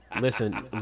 Listen